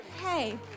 Hey